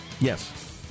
Yes